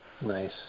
Nice